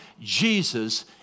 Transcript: Jesus